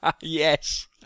Yes